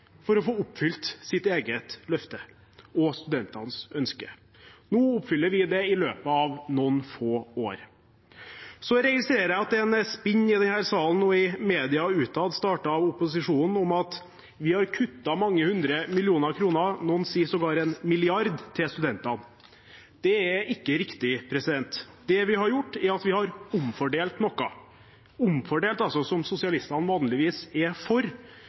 for å få oppfylt sitt eget løfte – og studentenes ønske. Nå oppfyller vi det i løpet av noen få år. Så registrerer jeg at det er et spinn i denne salen nå – og i media og utad – startet av opposisjonen, om at vi har kuttet mange hundre millioner kroner, noen sier sågar en milliard, til studentene. Det er ikke riktig. Det vi har gjort, er at vi har omfordelt noe, som sosialistene vanligvis er for,